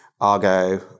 Argo